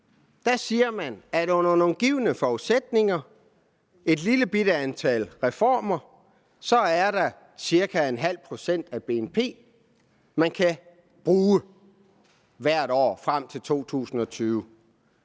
Deri siger man, at under nogle givne forudsætninger, et lillebitte antal reformer, er der ca. ½ pct. af BNP, man kan bruge hvert år frem til 2020.